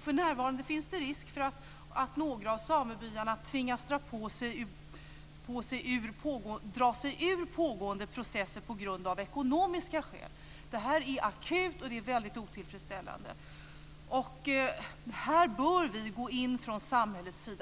För närvarande finns det risk för att några av samebyarna tvingas dra sig ur pågående processer av ekonomiska skäl. Detta är akut, och det är väldigt otillfredsställande. Här bör vi gå in från samhällets sida.